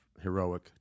heroic